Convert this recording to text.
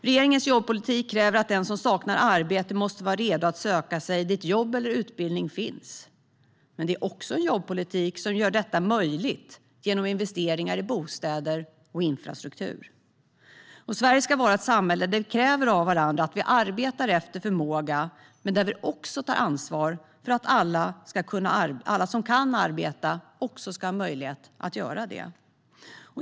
Regeringens jobbpolitik kräver att den som saknar arbete måste vara redo att söka sig dit där jobb eller utbildning finns, men det är också en jobbpolitik som möjliggör det genom investeringar i bostäder och infrastruktur. Sverige ska vara ett samhälle där vi kräver av varandra att vi arbetar efter förmåga och där vi tar ansvar för att alla som kan arbeta ska ha möjlighet att göra det.